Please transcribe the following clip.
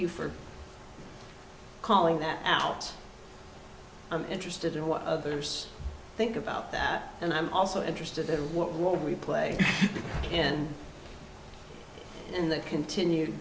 you for calling that out i'm interested in what others think about that and i'm also interested in what what we play and in the continue